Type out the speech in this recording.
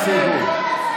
זה משפט לסיום.